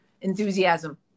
enthusiasm